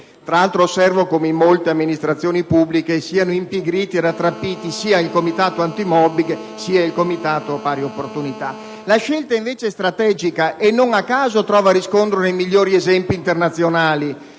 Tra l'altro, osservo come in molte amministrazioni pubbliche siano impigriti e rattrappiti sia il comitato antimobbing, sia il comitato per le pari opportunità. Tale scelta strategica trova riscontro non a caso nei migliori esempi internazionali,